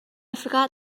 forgot